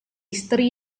istri